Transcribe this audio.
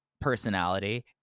personality